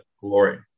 glory